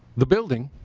the building